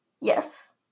Yes